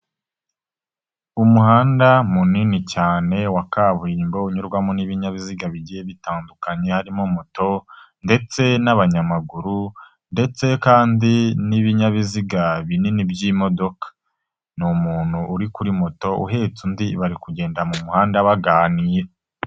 Umuhanda munini cyane wa kaburimbo unyurwamo n'ibinyabiziga bigiye bitandukanye, harimo moto ndetse n'abanyamaguru ndetse kandi n'ibinyabiziga binini by'imodoka. Ni umuntu uri kuri moto uhetse undi bari kugenda mu muhanda baganira.